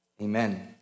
amen